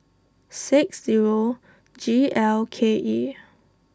six zero G L K E